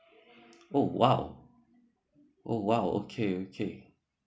oh !wow! oh !wow! okay okay